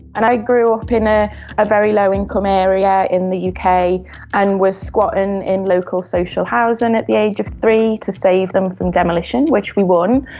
and i grew up in ah a very low-income area in the uk and was squatting in local social housing at the age of three to save them from demolition, which we won.